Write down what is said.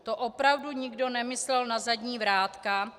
To opravdu nikdo nemyslel na zadní vrátka?